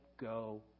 go